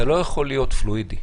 זה לא יכול להיות פלואידי.